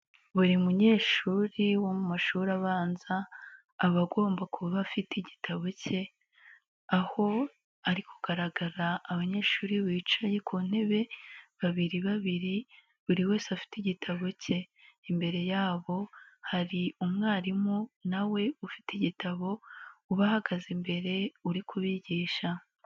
Buri munyeshuri wo mu mashuri abanza, aba agomba kuba afite igitabo cye, aho ari kugaragara abanyeshuri bicaye ku ntebe babiri babiri buri wese afite igitabo cye, imbere y'abo hari umwarimu nawe ufite igitabo, ubahagaze imbere uri kubigisha.